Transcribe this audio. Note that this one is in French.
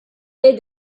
aient